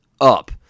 up